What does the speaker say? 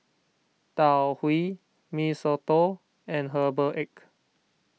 Tau Huay Mee Soto and Herbal Egg